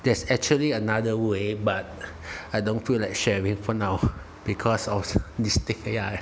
there's actually another way but I don't feel like sharing for now because of this thing ya